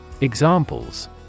Examples